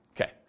Okay